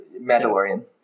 Mandalorian